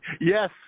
Yes